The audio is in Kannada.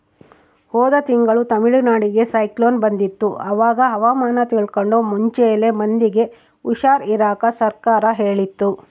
ಹೋದ ತಿಂಗಳು ತಮಿಳುನಾಡಿಗೆ ಸೈಕ್ಲೋನ್ ಬಂದಿತ್ತು, ಅವಾಗ ಹವಾಮಾನ ತಿಳ್ಕಂಡು ಮುಂಚೆಲೆ ಮಂದಿಗೆ ಹುಷಾರ್ ಇರಾಕ ಸರ್ಕಾರ ಹೇಳಿತ್ತು